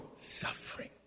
suffering